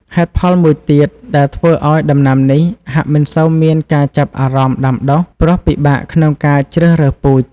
ហេតុផលមួយទៀតដែលធ្វើឲ្យដំណាំនេះ ហាក់មិនសូវមានការចាប់អារម្មណ៍ដាំដុះ ព្រោះពិបាកក្នុងការជ្រើសរើសពូជ។